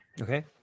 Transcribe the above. Okay